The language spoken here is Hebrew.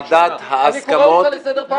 ועדת ההסכמות -- אני קורא אותך לסדר פעם ראשונה.